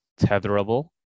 tetherable